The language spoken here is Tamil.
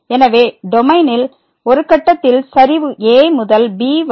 எனவே டொமைனில் ஒரு கட்டத்தில் சரிவு a முதல் b வரை